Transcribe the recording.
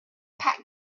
packed